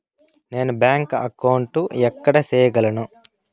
నేను bank account ఎక్కడ సేయగలను